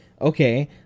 Okay